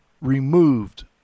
removed